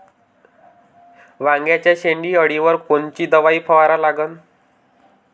वांग्याच्या शेंडी अळीवर कोनची दवाई फवारा लागन?